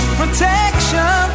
protection